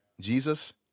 Jesus